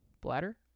bladder